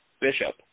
bishop